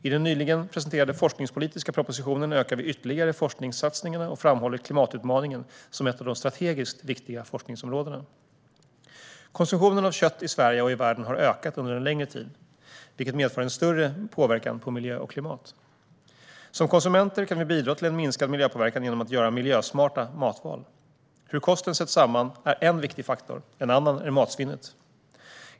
I den nyligen presenterade forskningspolitiska propositionen ökar vi ytterligare forskningssatsningarna och framhåller klimatutmaningen som ett av de strategiskt viktiga forskningsområdena. Konsumtionen av kött i Sverige och i världen har ökat under en längre tid, vilket medför en större påverkan på miljö och klimat. Som konsumenter kan vi bidra till minskad miljöpåverkan genom att göra miljösmarta matval. Hur kosten sätts samman är en viktig faktor; en annan är matsvinnet.